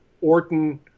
orton